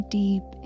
deep